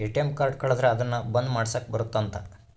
ATM card ಕಳುದ್ರೆ ಅದುನ್ನ ಬಂದ್ ಮಾಡ್ಸಕ್ ಬರುತ್ತ ಅಂತ